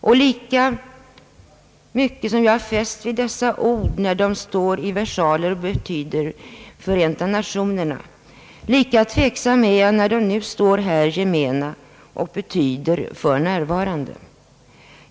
Och lika mycket som jag är fäst vid dessa bokstäver när de står i versaler och betyder Förenta Nationerna, lika tveksam är jag när de står här gemena och betyder för närvarande.